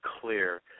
clear